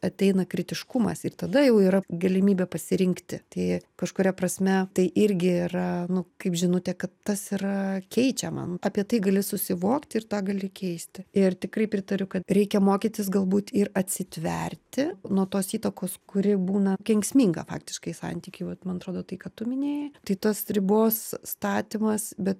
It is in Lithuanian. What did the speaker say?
ateina kritiškumas ir tada jau yra galimybė pasirinkti tai kažkuria prasme tai irgi yra nu kaip žinutė kad tas yra keičia man apie tai gali susivokti ir tą gali keisti ir tikrai pritariu kad reikia mokytis galbūt ir atsitverti nuo tos įtakos kuri būna kenksminga faktiškai santyky vat man atrodo tai ką tu minėjai tai tos ribos statymas bet